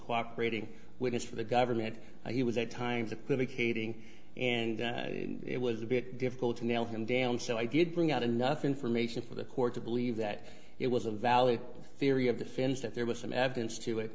cooperating witness for the government and he was at times that could make a thing and it was a bit difficult to nail him down so i did bring out enough information for the court to believe that it was a valid theory of the fans that there was some evidence to it